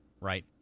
right